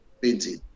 painting